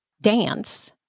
dance